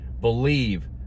believe